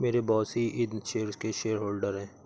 मेरे बॉस ही इन शेयर्स के शेयरहोल्डर हैं